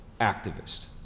activist